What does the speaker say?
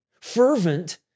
Fervent